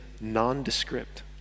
nondescript